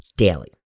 daily